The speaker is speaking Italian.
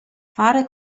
fare